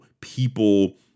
people